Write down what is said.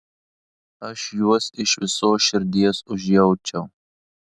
aš juos iš visos širdies užjaučiau